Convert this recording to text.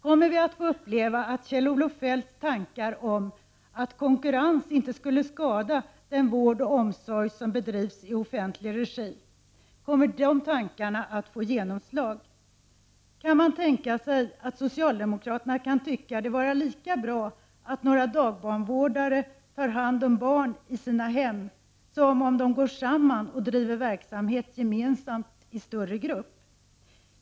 Kommer vi att få uppleva att Kjell-Olof Feldts tankar om ”att konkurrens inte skulle skada den vård och omsorg som bedrivs i offentlig regi” att få genomslag? Kan man tänka sig att socialdemokraterna kan anse det vara lika bra att några dagbarnvårdare tar hand om barn i sina hem som att de går samman och driver verksamheten gemensamt i en större grupp?